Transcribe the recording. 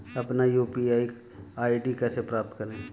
अपना UPI ID कैसे प्राप्त करें?